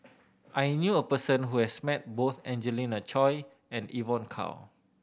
I knew a person who has met both Angelina Choy and Evon Kow